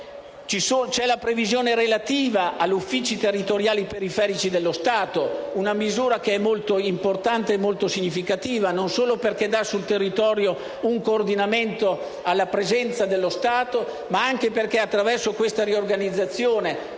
C'è la previsione relativa agli uffici territoriali periferici dello Stato, una misura molto importante e molto significativa non solo perché dà sul territorio un coordinamento alla presenza dello Stato, ma anche perché, attraverso questa riorganizzazione,